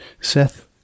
Seth